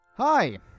Hi